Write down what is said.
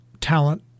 talent